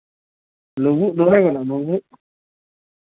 ᱞᱩᱵᱩᱜ ᱫᱚ ᱵᱟᱭ ᱜᱟᱱᱚᱜᱼᱟ ᱞᱩᱵᱩᱜ